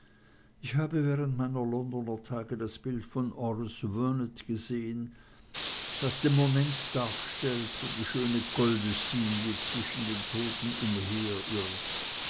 ich habe während meiner londoner tage das bild von horace vernet gesehn das den moment darstellt wo die schöne col de cygne zwischen den toten